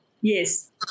Yes